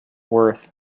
worth